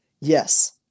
Yes